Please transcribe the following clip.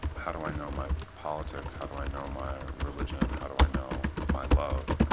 how do i know my politics, how do i know my religion, how do i know my love? and